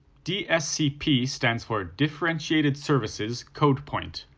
dscp stand for differentiated services code point,